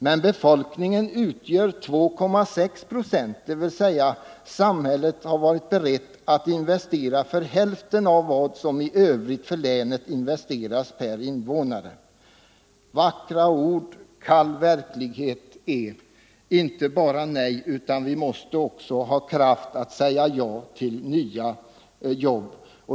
Men befolkningen utgör 2,6 procent, dvs. samhället har varit berett att investera hälften av vad som investeras per invånare i hela länet. Vackra ord, kall verklighet! Men det behövs inte bara nej, utan vi måste också ha kraft att säga ja till nya jobb.